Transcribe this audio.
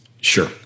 Sure